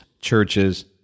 churches